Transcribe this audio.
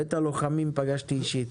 ואת הלוחמים פגשתי אישית.